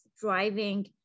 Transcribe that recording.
driving